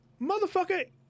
motherfucker